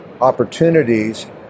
opportunities